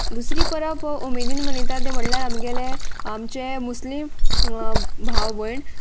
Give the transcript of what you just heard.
दुसरी परब उमेदीन मनयतात ते म्हणल्यार आमगेले आमचे मुस्लीम भाव भयण